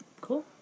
Cool